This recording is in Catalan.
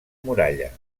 muralla